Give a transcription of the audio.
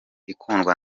ikundwa